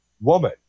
Woman